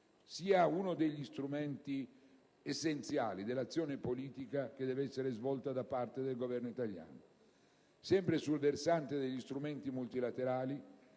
sia uno degli strumenti essenziali dell'azione politica che deve essere svolta da parte del Governo italiano. Sempre sul versante degli strumenti multilaterali,